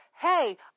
Hey